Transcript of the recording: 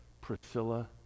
Priscilla